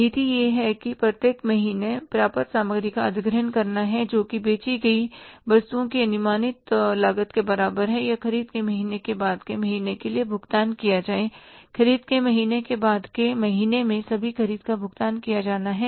नीति यह है कि प्रत्येक महीने पर्याप्त सामग्री का अधिग्रहण करना है जो बेची गई वस्तुओं की अनुमानित लागत के बराबर है या ख़रीद के महीने के बाद के महीने के लिए भुगतान किया जाए ख़रीद के महीने के बाद के महीने में सभी ख़रीद का भुगतान किया जाता है